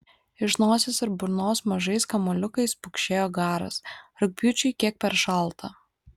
iš nosies ir burnos mažais kamuoliukais pukšėjo garas rugpjūčiui kiek per šalta